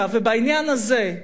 בעניין הזה,